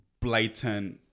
blatant